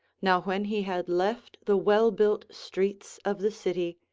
now when he had left the well-built streets of the city,